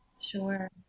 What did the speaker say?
Sure